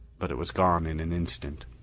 but it was gone in an instant,